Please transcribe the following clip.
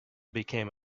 became